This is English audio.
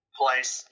place